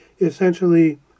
essentially